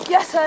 Yes